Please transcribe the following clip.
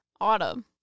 Autumn